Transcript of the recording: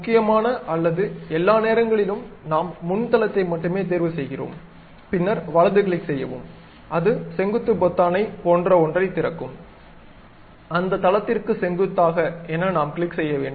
முக்கியமாண அல்லது எல்லா நேரங்களிலும் நாம் முன் தளத்தை மட்டுமே தேர்வு செய்கிறோம் பின்னர் வலது கிளிக் செய்யவும் அது செங்குத்து பொத்தானைப் போன்ற ஒன்றைத் திறக்கும் அந்த தளத்திற்கு செங்குத்தாக என நாம் கிளிக் செய்ய வேண்டும்